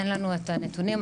אין לנו את הנתונים,